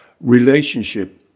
relationship